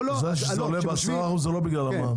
זה שזה עולה זה לא בגלל המע"מ.